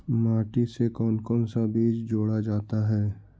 माटी से कौन कौन सा बीज जोड़ा जाता है?